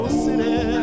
city